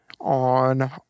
on